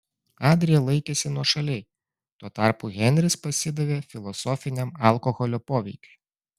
adrija laikėsi nuošaliai tuo tarpu henris pasidavė filosofiniam alkoholio poveikiui